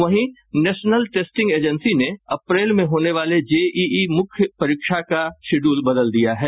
वहीं national testing agency ने अप्रैल में होने वाली जेईई मुख्य परीक्षा का शेड्यूल बदल दिया है